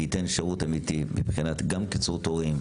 וייתן שירות אמיתי מבחינת גם קיצור תורים,